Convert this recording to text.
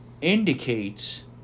indicates